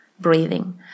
breathing